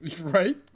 Right